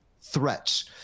threats